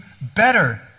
better